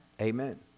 Amen